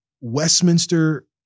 Westminster